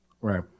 Right